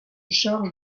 charge